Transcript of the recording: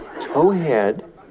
toe-head